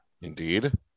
Indeed